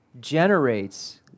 generates